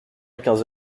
quinze